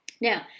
Now